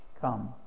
Come